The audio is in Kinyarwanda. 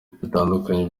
bitandukanye